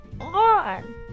on